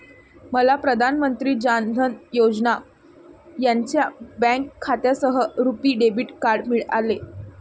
मला प्रधान मंत्री जान धन योजना यांच्या बँक खात्यासह रुपी डेबिट कार्ड मिळाले